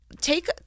Take